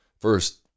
First